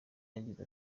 yagize